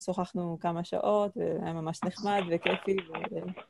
שוחחנו כמה שעות, והיה ממש נחמד וכיפי.